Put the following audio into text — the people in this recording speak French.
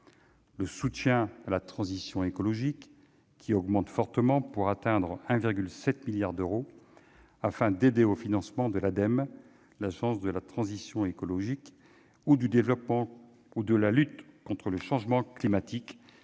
le soutien à la transition écologique, qui augmente fortement pour atteindre 1,7 milliard d'euros, afin d'aider au financement de l'Agence de la transition écologique (Ademe) ou de la lutte contre le changement climatique,